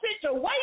situation